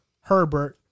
Herbert